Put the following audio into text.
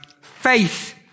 faith